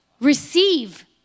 receive